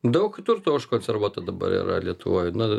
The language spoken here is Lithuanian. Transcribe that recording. daug turto užkonservuota dabar yra lietuvoj na